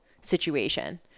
situation